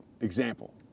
example